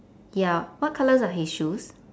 ya what colours are his shoes